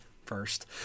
First